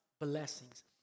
blessings